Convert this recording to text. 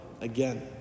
Again